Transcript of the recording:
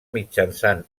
mitjançant